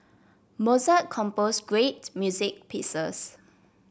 Mozart compose great music pieces